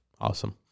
awesome